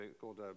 Called